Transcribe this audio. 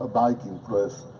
ah viking press.